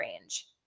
range